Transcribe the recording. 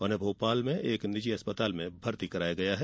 उन्हें भोपाल में एक निजी अस्पताल में भर्ती कराया गया है